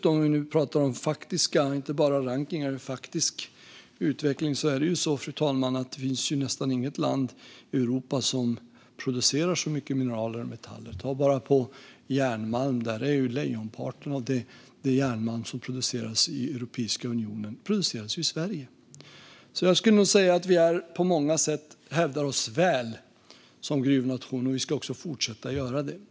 Om vi nu pratar om faktisk utveckling och inte bara rankningar är det också så, fru talman, att det nästan inte finns något annat land i Europa som producerar så mycket mineral och metaller. Ta bara järnmalm - lejonparten av den järnmalm som produceras i Europeiska unionen produceras ju i Sverige. Jag skulle nog alltså säga att vi på många sätt hävdar oss väl som gruvnation. Vi ska också fortsätta att göra det.